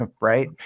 right